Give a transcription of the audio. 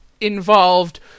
involved